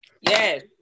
Yes